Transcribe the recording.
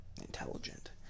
intelligent